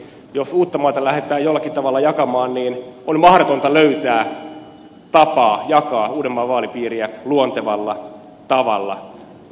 jos uuttamaata lähdetään jollakin tavalla jakamaan niin on mahdotonta löytää tapaa jakaa uudenmaan vaalipiiriä luontevalla tavalla